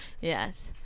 Yes